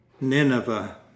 Nineveh